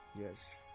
yes